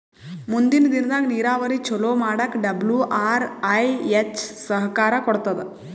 ಮುಂದಿನ್ ದಿನದಾಗ್ ನೀರಾವರಿ ಚೊಲೋ ಮಾಡಕ್ ಡಬ್ಲ್ಯೂ.ಆರ್.ಐ.ಎಸ್ ಸಹಕಾರ್ ಕೊಡ್ತದ್